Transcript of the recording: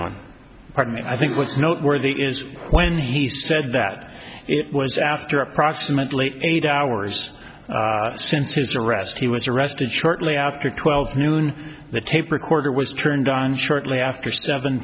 and i think what's noteworthy is when he said that it was after approximately eight hours since his arrest he was arrested shortly after twelve noon the tape recorder was turned on shortly after seven